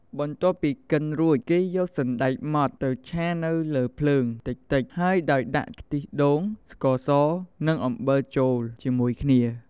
បន្ទាប់ពីកិនរួច គេយកសណ្តែកម៉ដ្ឋទៅឆានៅលើភ្លើងតិចៗហើយដោយដាក់ ខ្ទិះដូង ស្ករស និង អំបិលចូលជាមួយគ្នា។